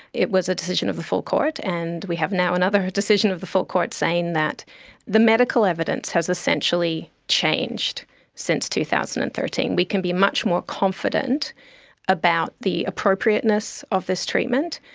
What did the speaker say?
it was a decision of the full court. and we have now another decision of the full court saying that the medical evidence has essentially changed since two thousand and thirteen. we can be much more confident about the appropriateness of this treatment,